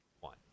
one